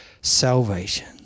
Salvation